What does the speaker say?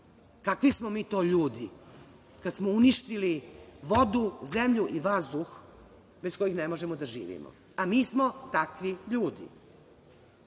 kakvi smo mi to ljudi kada smo uništili vodu, zemlju i vazduh bez kojih ne možemo da živimo, a mi smo takvi ljudi,